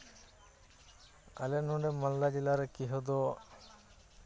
ᱟᱞᱮ ᱱᱚᱸᱰᱮ ᱢᱟᱞᱫᱟ ᱡᱮᱞᱟ ᱨᱮ ᱠᱮᱦᱚ ᱫᱚ